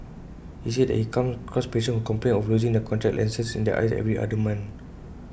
he said that he comes across patients who complain of losing their contact lenses in their eyes every other month